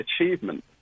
achievement